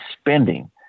spending